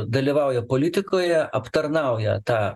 dalyvauja politikoje aptarnauja tą